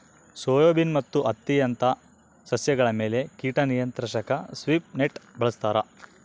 soybean ಮತ್ತು ಹತ್ತಿಯಂತ ಸಸ್ಯಗಳ ಮೇಲೆ ಕೀಟ ನಿಯಂತ್ರಿಸಾಕ ಸ್ವೀಪ್ ನೆಟ್ ಬಳಸ್ತಾರ